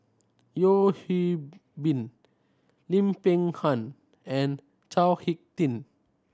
Yeo Hwee Bin Lim Peng Han and Chao Hick Tin